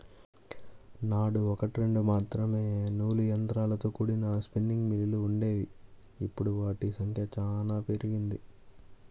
నాడు ఒకట్రెండు మాత్రమే నూలు యంత్రాలతో కూడిన స్పిన్నింగ్ మిల్లులు వుండేవి, ఇప్పుడు వాటి సంఖ్య చానా పెరిగింది